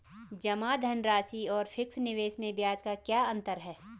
जमा धनराशि और फिक्स निवेश में ब्याज का क्या अंतर है?